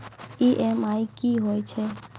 EMI कि होय छै?